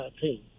team